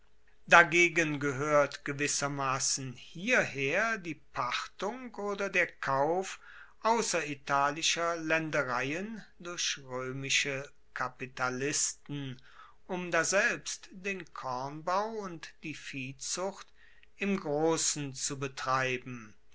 dagegen gehoert gewissermassen hierher die pachtung oder der kauf ausseritalischer laendereien durch roemische kapitalisten um daselbst den kornbau und die viehzucht im grossen zu betreiben